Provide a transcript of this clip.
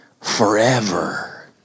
forever